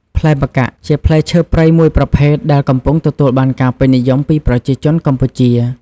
ផ្លែម្កាក់ ជាផ្លែឈើព្រៃមួយប្រភេទដែលកំពុងទទួលបានការពេញនិយមពីប្រជាជនកម្ពុជា។